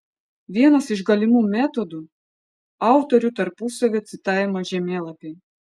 vienas iš galimų metodų autorių tarpusavio citavimo žemėlapiai